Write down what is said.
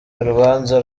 urubanza